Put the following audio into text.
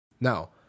Now